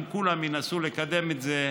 אם כולם ינסו לקדם את זה,